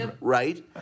Right